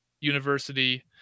university